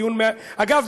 אגב,